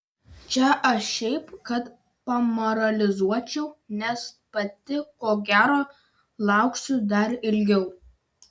čia aš šiaip kad pamoralizuočiau nes pati ko gero lauksiu dar ilgiau